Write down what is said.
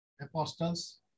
Apostles